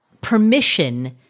permission